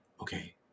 okay